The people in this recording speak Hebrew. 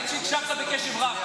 רק אל תגיד שהקשבת בקשב רב,